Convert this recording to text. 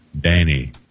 Danny